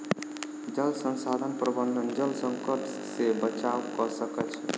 जल संसाधन प्रबंधन जल संकट से बचाव कअ सकै छै